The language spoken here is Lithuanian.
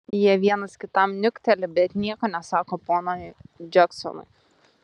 jie vienas kitam niukteli bet nieko nesako ponui džeksonui